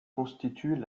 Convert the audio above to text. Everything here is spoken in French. constituent